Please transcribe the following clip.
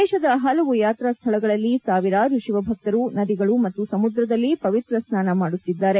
ದೇಶದ ಪಲವು ಯಾತಾ ಸ್ಟಾಳಗಳಲ್ಲಿ ಸಾವಿರಾರು ಶಿವಭಕ್ತರು ನದಿಗಳು ಮತ್ತು ಸಮುದ್ರದಲ್ಲಿ ಪವಿತ್ರ ಸ್ನಾನ ಮಾಡುತ್ತಿದ್ದಾರೆ